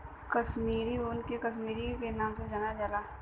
कसमीरी ऊन के कसमीरी क नाम से जानल जाला